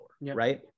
Right